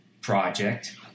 project